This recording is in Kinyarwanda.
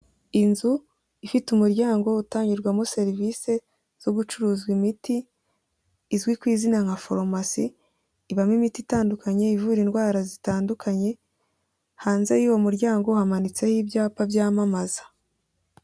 Inzu ifite umuryango utangirwamo serivisi zo gucuruzwa imiti izwi ku izina nka forumasi, ibamo imiti itandukanye ivura indwara zitandukanye, hanze y'uwo muryango hamanitseho ibyapa byamamaza.